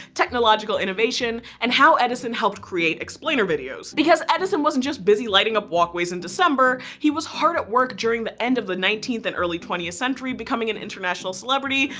technological innovation, and how edison helped create explainer videos. because edison wasn't just busy lighting up walkways in december. he was hard at work during the end of the nineteenth and early twentieth century becoming an international celebrity,